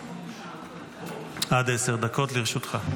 עד עשר דקות לרשותך.